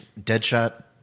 deadshot